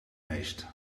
meest